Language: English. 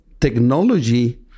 technology